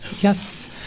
Yes